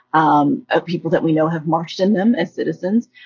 um ah people that we know have marched in them as citizens.